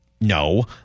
No